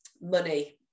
money